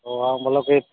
और आप मतलब कि